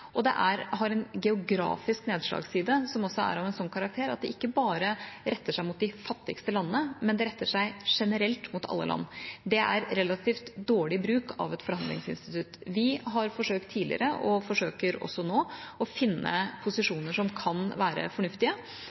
Det har også en geografisk nedslagsside som er av en sånn karakter at det ikke bare retter seg mot de fattigste landene, men generelt mot alle land. Det er en relativt dårlig bruk av et forhandlingsinstitutt. Vi har tidligere forsøkt – og forsøker også nå – å finne posisjoner som kan være fornuftige